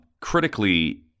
critically